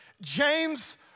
James